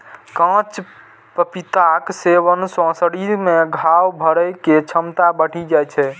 कांच पपीताक सेवन सं शरीर मे घाव भरै के क्षमता बढ़ि जाइ छै